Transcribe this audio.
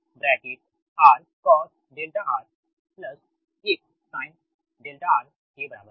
R cos RX sin R के बराबर है